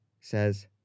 says